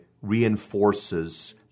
reinforces